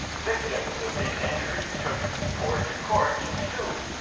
victims of these injuries took ford to court to sue